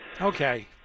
Okay